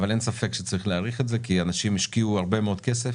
אבל אין ספק שצריך להאריך את זה כי אנשים השקיעו הרבה מאוד כסף